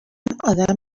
آدم